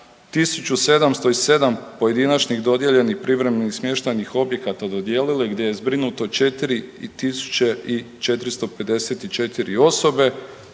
1707 pojedinačnih dodijeljenih privremenih smještajnih objekata dodijelili gdje je zbrinuto 4454 osobe.